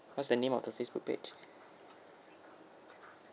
what's the name of the facebook page